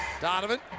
Donovan